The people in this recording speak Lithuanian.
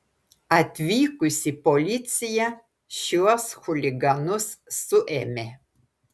atvykusi policija šiuos chuliganus suėmė